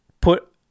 put